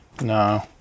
No